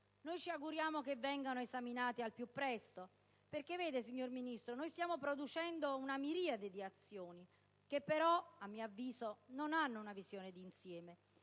noi ci auguriamo che vengano esaminate al più presto. Infatti, vede, signor Ministro, stiamo producendo una miriade di azioni che però, a mio avviso, non hanno una visione d'insieme;